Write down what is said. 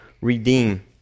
redeem